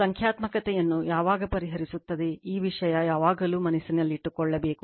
ಸಂಖ್ಯಾತ್ಮಕತೆಗಳನ್ನು ಯಾವಾಗ ಪರಿಹರಿಸುತ್ತದೆ ಈ ವಿಷಯ ಯಾವಾಗಲೂ ಮನಸ್ಸಿನಲ್ಲಿರಬೇಕು